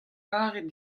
lavaret